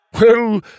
Well